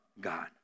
God